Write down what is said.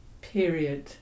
period